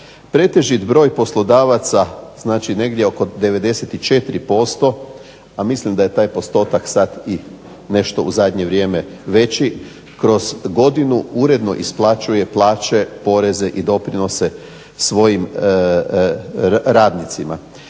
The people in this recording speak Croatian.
Pretežit broj poslodavaca znači negdje oko 94%, a mislim da je taj postotak nešto u zadnje vrijeme veći, kroz godinu uredno isplaćuje plaće, poreze i doprinose svojim radnicima.